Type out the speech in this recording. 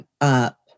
up